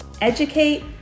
Educate